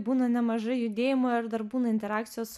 būna nemažai judėjimo ir dar būna interakcijos